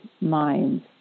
minds